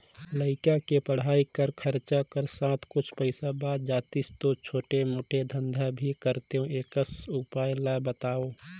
लइका के पढ़ाई कर खरचा कर साथ कुछ पईसा बाच जातिस तो छोटे मोटे धंधा भी करते एकस उपाय ला बताव?